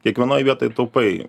kiekvienoj vietoj taupai